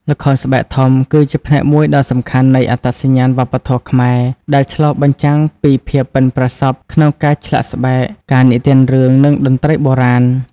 ល្ខោនស្បែកធំគឺជាផ្នែកមួយដ៏សំខាន់នៃអត្តសញ្ញាណវប្បធម៌ខ្មែរ ដែលឆ្លុះបញ្ចាំងពីភាពប៉ិនប្រសប់ក្នុងការឆ្លាក់ស្បែក ការនិទានរឿង និងតន្ត្រីបុរាណ ។